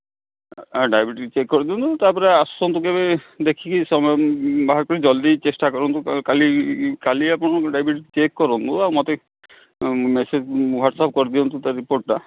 diabetes check କରିଦିଅନ୍ତୁ ତାପରେ ଆସନ୍ତୁ କେବେ ଦେଖିକି ସମୟ ବାହାରକରିକି ଜଲ୍ଦି ଚେଷ୍ଟା କରନ୍ତୁ କାଲି କାଲି ଆପଣଙ୍କୁ ଡ଼ାଇବେଟିସ୍ ଚେକ୍ କରନ୍ତୁ ଆଉ ମୋତେ ମେସେଜ୍ ୱାଟସଅପ୍ କରିଦିଅନ୍ତୁ ତା ରିପୋର୍ଟଟା